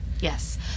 Yes